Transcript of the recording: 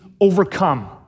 overcome